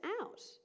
out